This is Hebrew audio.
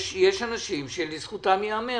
יש אנשים שלזכותם ייאמר.